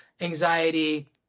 anxiety